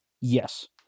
Yes